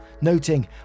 Noting